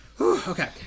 Okay